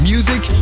Music